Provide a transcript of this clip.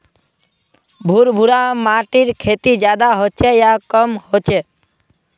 भुर भुरा माटिर खेती ज्यादा होचे या कम होचए?